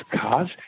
cars